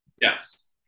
Yes